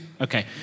okay